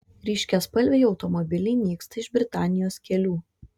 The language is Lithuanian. ryškiaspalviai automobiliai nyksta iš britanijos kelių